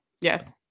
yes